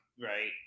right